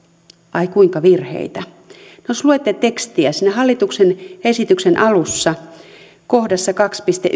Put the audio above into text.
ai kuinka virheitä jos luette tekstiä siinä hallituksen esityksen alussa kohdassa kahteen piste